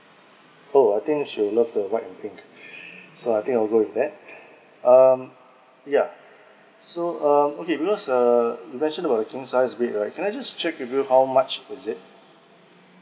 oh I think she will love the white and pink so I think I will go with that um yeah so um okay because err you mentioned about the king sized bed right can I just check with you how much is it